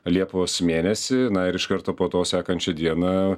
liepos mėnesį na ir iš karto po to sekančią dieną